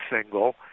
single